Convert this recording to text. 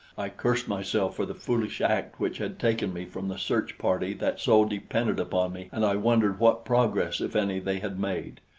i cursed myself for the foolish act which had taken me from the search-party that so depended upon me, and i wondered what progress, if any, they had made.